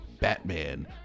Batman